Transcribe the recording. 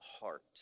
heart